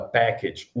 package